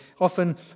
often